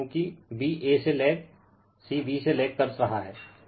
क्योंकि ba से लेगcb से लेग कर रहा है